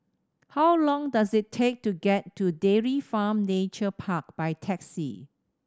how long does it take to get to Dairy Farm Nature Park by taxi